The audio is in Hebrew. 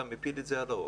אתה מפיל את זה על ההורים.